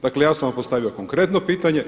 Dakle, ja sam vam postavio konkretno pitanje.